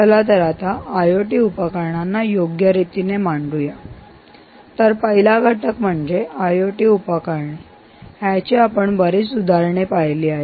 चला तर आता आयओटी उपकरणांना योग्य रीतीने मांडूया तर पहिला घटक म्हणजे आयओटी उपकरणे याची आपण बरीच उदाहरणे पाहिली आहेत